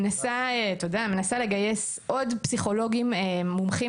אני מנסה לגייס עוד פסיכולוגים מומחים